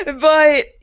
But-